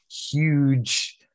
huge